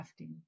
crafting